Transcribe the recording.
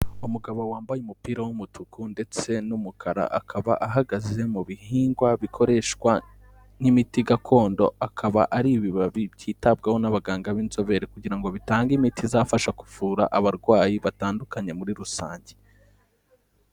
Umugabo wambaye umupira w’ umutuku ndetse n’ umukara. Akaba ahagaze mu bihigwa bikoreshwa nk’ imiti gakondo akaba ari ibibabi byitabwaho n’ abaganga b’ inzobere kugirango bitange imiti bizafasha kuvura abarwayi batandukanye muri rusange.